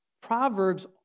Proverbs